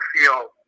feel